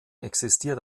existiert